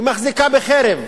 היא מחזיקה בחרב.